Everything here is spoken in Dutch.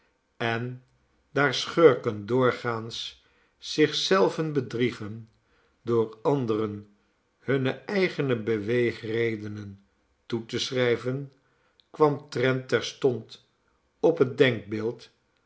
en daar schurken doorgaans zich zelven bedriegen door anderen hunne eigene beweegredenen toe te schrijven kwam trent terstond op het